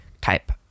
type